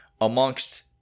amongst